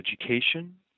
Education